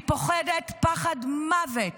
וכך אומרת מרצה בשם יאיא: "אני פוחדת פחד מוות